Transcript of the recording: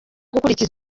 gukurikiza